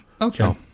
Okay